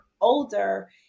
older